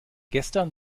gestern